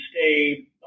stay